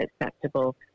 acceptable